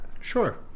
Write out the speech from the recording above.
sure